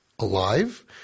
Alive